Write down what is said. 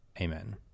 Amen